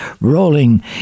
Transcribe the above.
rolling